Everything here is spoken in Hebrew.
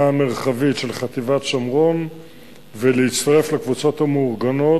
המרחבית של חטיבת שומרון ולהצטרף לקבוצות המאורגנות.